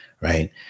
Right